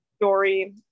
story